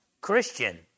Christian